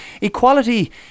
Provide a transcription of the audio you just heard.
Equality